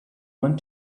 want